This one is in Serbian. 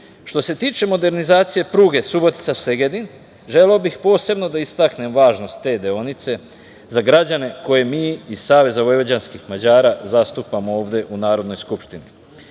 se tiče modernizacije pruge Subotica – Segedin, želeo bih posebno da istaknem važnost te deonice za građane koje mi i SVM zastupamo ovde u Narodnoj skupštini.